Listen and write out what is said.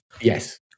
Yes